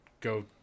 go